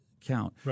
count